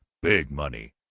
big money,